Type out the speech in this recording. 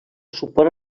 suport